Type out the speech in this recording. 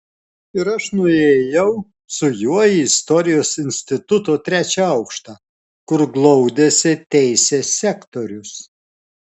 ir aš nuėjau su juo į istorijos instituto trečią aukštą kur glaudėsi teisės sektorius